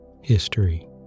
History